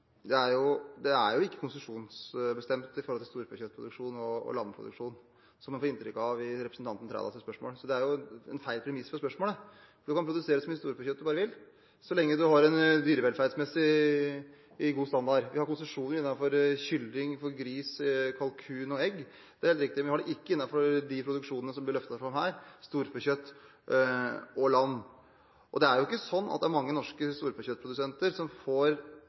er jo ikke konsesjonsbestemt, som man får inntrykk av i representanten Trældals spørsmål. Så det er en feil premiss for spørsmålet. Man kan produsere så mye storfekjøtt man bare vil, så lenge man har en dyrevelferdsmessig god standard. Vi har konsesjoner for kylling, gris, kalkun og egg. Det er helt riktig. Men innen den produksjonen som blir løftet fram her – storfekjøtt og lammekjøtt – har man det ikke. Noen og åtti prosent av budsjettmidlene våre går til det grasbaserte husdyrholdet. Fremskrittspartiet ønsker å nesten halvere budsjettstøtten. Den beste måten å gjøre det